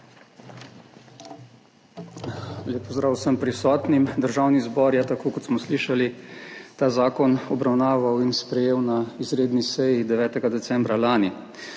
Lep pozdrav vsem prisotnim! Državni zbor je, kot smo slišali, ta zakon obravnaval in sprejel na izredni seji 9. decembra lani.